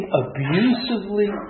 abusively